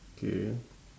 K